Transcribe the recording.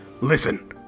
Listen